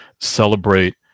celebrate